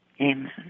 Amen